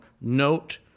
note